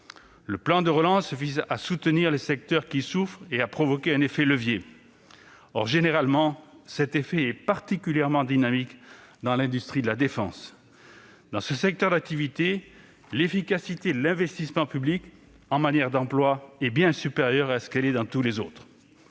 Le plan de relance vise à soutenir les secteurs qui souffrent et à provoquer un effet levier. Or cet effet est généralement particulièrement dynamique dans l'industrie de la défense. Dans ce secteur d'activité, l'efficacité de l'investissement public en matière d'emploi est bien supérieure à ce qu'elle est dans tous les autres.